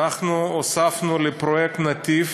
אנחנו הוספנו לפרויקט "נתיב"